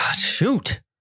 Shoot